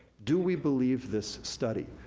do we believe this study,